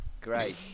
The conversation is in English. Great